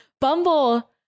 Bumble